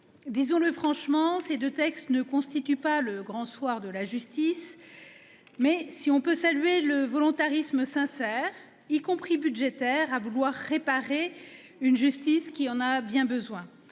disons-le franchement, ces deux textes ne constituent pas le grand soir de la justice. Si on peut saluer une volonté sincère, y compris en matière budgétaire, de réparer une justice qui en a bien besoin,